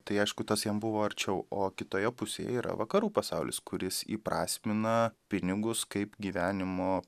tai aišku tas jam buvo arčiau o kitoje pusėje yra vakarų pasaulis kuris įprasmina pinigus kaip gyvenimo